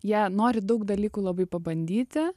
jie nori daug dalykų labai pabandyti